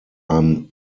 i’m